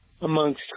amongst